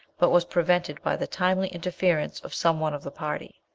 but was prevented by the timely interference of some one of the party.